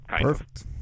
perfect